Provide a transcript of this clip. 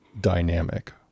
dynamic